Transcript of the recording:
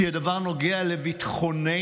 כי הדבר נוגע לביטחוננו,